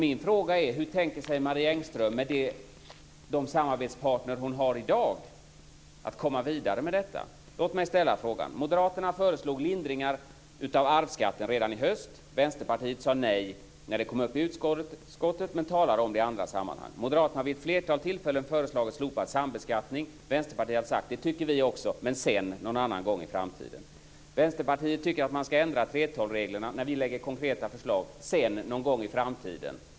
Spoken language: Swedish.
Min fråga är: Hur tänker sig Marie Engström med de samarbetspartner hon har i dag att komma vidare med detta? Moderaterna föreslog lindringar av arvsskatten redan i höst. Vänsterpartiet sade nej när frågan kom till utskottet men talar om det i andra sammanhang. Moderaterna har vid ett flertal tillfällen föreslagit slopad sambeskattning. Vänsterpartiet har sagt att det tycker också att den ska slopas men att det ska ske någon gång i framtiden. Vänsterpartier tycker att man ska ändra 3:12-reglerna. Men när vi lägger fram konkreta förslag tycker det att det ska ske någon gång i framtiden.